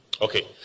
Okay